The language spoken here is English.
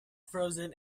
frozen